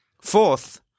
Fourth